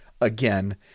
again